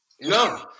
No